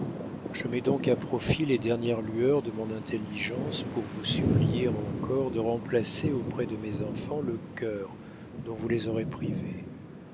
je mets donc à profit les dernières lueurs de mon intelligence pour vous supplier encore de remplacer auprès de mes enfants le cœur dont vous les aurez privés